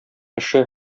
эше